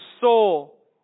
soul